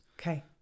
Okay